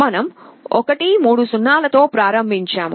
మనం 1 0 0 0 తో ప్రారంభించాము